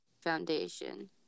foundation